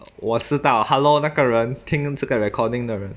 我知道 hello 那个人听这个 recording 的人